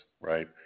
right